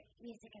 music